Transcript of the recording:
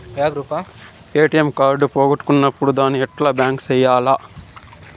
ATM card పోగొట్టుకున్నప్పుడు దాన్ని ఎట్లా బ్లాక్ సేయాలి